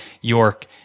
York